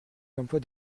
l’emploi